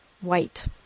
white